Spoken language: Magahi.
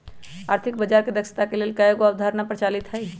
आर्थिक बजार के दक्षता के लेल कयगो अवधारणा प्रचलित हइ